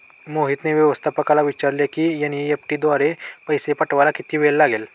मोहितने व्यवस्थापकाला विचारले की एन.ई.एफ.टी द्वारे पैसे पाठवायला किती वेळ लागेल